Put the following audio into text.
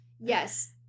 Yes